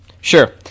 Sure